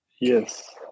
Yes